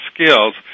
skills